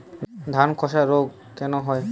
ধানে ধসা রোগ কেন হয়?